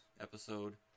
episode